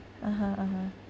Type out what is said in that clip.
(uh huh) (uh huh)